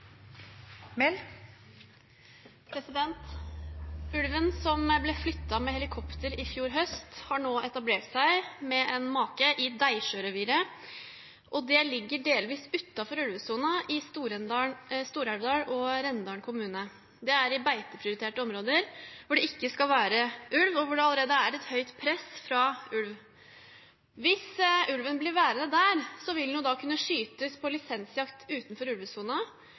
Ulven som ble flyttet med helikopter i fjor høst, har nå etablert seg med en make i Deisjøreviret, og det ligger delvis utenfor ulvesonen, i Stor-Elvdal og Rendalen kommuner. Det er i beiteprioriterte områder, hvor det ikke skal være ulv, og hvor det allerede er et høyt press fra ulv. Hvis ulven blir værende der, vil den kunne skytes på lisensjakt utenfor